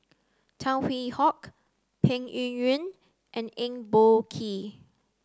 Tan Hwee Hock Peng Yuyun and Eng Boh Kee